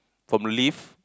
from lift